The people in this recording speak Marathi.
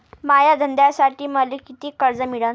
माया धंद्यासाठी मले कितीक कर्ज मिळनं?